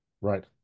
Right